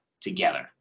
together